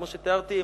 כמו שתיארתי,